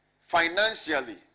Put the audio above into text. financially